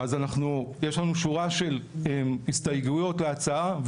אז אנחנו, יש לנו שורה של הסתייגויות להצעה.